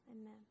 Amen